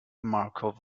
markov